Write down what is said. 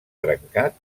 trencar